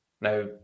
Now